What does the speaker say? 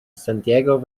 santiago